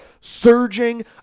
surging